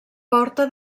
porta